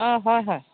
অঁ হয় হয়